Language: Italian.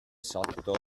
sotto